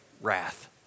wrath